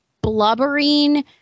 blubbering